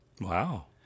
Wow